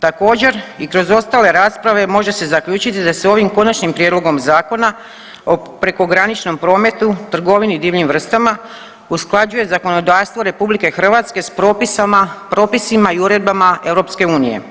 Također i kroz ostale rasprave može se zaključiti da se ovim Konačnim prijedlogom Zakona o prekograničnom prometu i trgovini divljim vrstama usklađuje zakonodavstvo RH s propisima i uredbama EU.